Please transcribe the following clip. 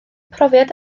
profiad